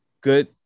good